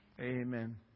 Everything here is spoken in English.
Amen